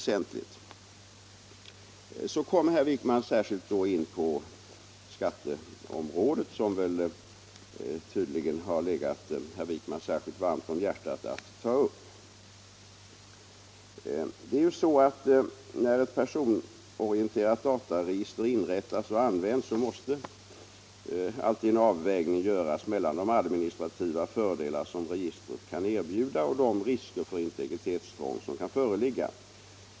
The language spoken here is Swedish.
Så kom herr Wijkman särskilt in på skatteområdet, som tydligen har legat honom speciellt varmt om hjärtat att ta upp. När ett personorienterat dataregister inrättas och används måste alltid en avvägning göras mellan de administrativa fördelat registret kan erbjuda och de risker för integritetsintrång som kan föreligga.